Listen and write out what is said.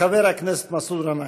חבר הכנסת מסעוד גנאים.